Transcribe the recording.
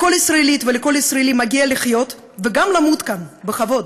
לכל ישראלית ולכל ישראלי מגיע לחיות וגם למות כאן בכבוד.